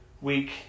week